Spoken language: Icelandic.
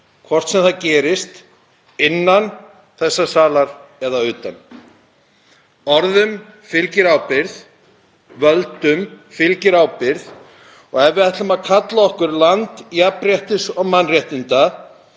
hvort sem það gerist innan þessa salar eða utan. Orðum fylgir ábyrgð, völdum fylgir ábyrgð og ef við ætlum að kalla okkur land jafnréttis og mannréttinda,